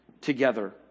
together